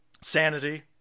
sanity